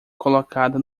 colocada